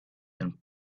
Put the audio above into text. and